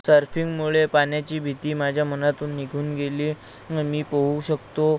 सर्फिंगमुळे पाण्याची भीती माझ्या मनातून निघून गेली न मी पोहू शकतो